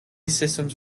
systems